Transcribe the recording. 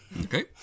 Okay